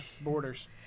borders